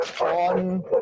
on